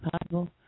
possible